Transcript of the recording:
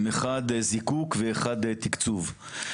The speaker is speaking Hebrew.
אחד זיקוק ואחד תקצוב.